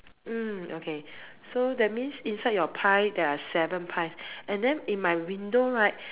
mm okay so that means inside your pie there are seven pies and then in my window right